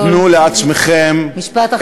גם תנו לעצמכם, משפט אחרון.